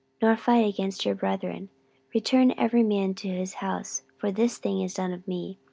nor fight against your brethren return every man to his house for this thing is done of me.